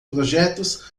projetos